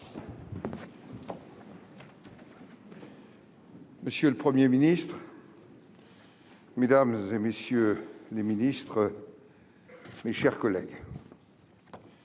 Monsieur le Premier ministre, mesdames, messieurs les ministres, mes chers collègues,